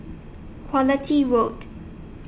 Quality Road